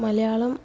Malayalam